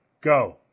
Go